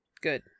good